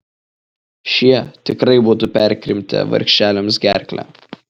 šie tikrai būtų perkrimtę vargšelėms gerklę